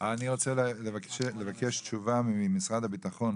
אני רוצה לבקש תשובה ממשרד הביטחון.